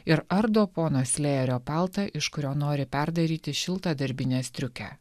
ir ardo pono slejerio paltą iš kurio nori perdaryti šiltą darbinę striukę